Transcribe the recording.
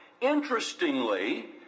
Interestingly